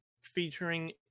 featuring